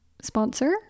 sponsor